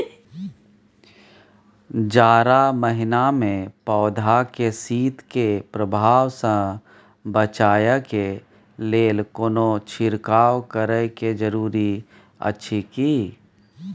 जारा महिना मे पौधा के शीत के प्रभाव सॅ बचाबय के लेल कोनो छिरकाव करय के जरूरी अछि की?